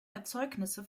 erzeugnisse